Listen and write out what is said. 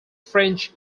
french